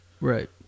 Right